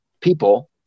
people